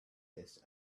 this